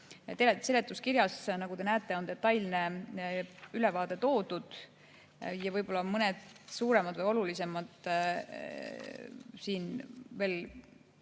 Seletuskirjas, nagu te näete, on detailne ülevaade toodud ja võib-olla on mõned suuremad või olulisemad, mida veel